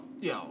yo